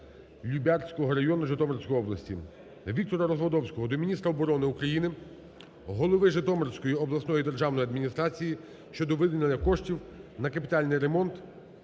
Любарського району Житомирської області. Віктора Развадовського до міністра оборони України, голови Житомирської обласної державної адміністрації щодо виділення коштів на капітальний ремонт